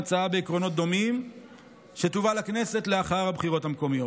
הצעה בעקרונות דומים שתובא לכנסת לאחר הבחירות המקומיות.